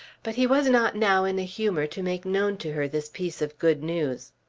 but he was not now in a humour to make known to her this piece of good news.